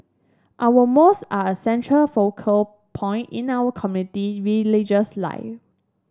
our mouth are a central focal point in our community religious life